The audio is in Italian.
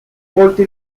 volte